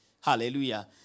Hallelujah